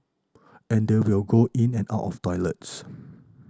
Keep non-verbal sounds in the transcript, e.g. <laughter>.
and they will go in and out of toilets <noise>